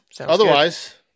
Otherwise